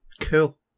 Cool